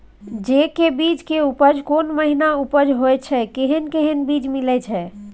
जेय के बीज के उपज कोन महीना उपज होय छै कैहन कैहन बीज मिलय छै?